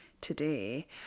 today